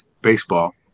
baseball